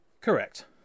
Correct